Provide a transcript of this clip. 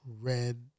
Red